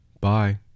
Bye